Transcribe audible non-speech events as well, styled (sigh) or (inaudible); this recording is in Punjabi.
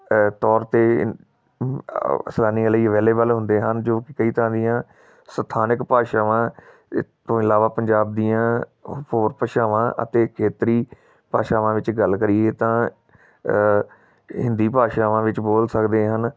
ਤੌਰ 'ਤੇ (unintelligible) ਸੈਲਾਨੀਆਂ ਲਈ ਅਵੇਲੇਬਲ ਹੁੰਦੇ ਹਨ ਜੋ ਕਿ ਕਈ ਤਰ੍ਹਾਂ ਦੀਆਂ ਸਥਾਨਕ ਭਾਸ਼ਾਵਾਂ ਤੋਂ ਇਲਾਵਾ ਪੰਜਾਬ ਦੀਆਂ ਹੋਰ ਭਾਸ਼ਾਵਾਂ ਅਤੇ ਖੇਤਰੀ ਭਾਸ਼ਾਵਾਂ ਵਿੱਚ ਗੱਲ ਕਰੀਏ ਤਾਂ ਹਿੰਦੀ ਭਾਸ਼ਾਵਾਂ ਵਿੱਚ ਬੋਲ ਸਕਦੇ ਹਨ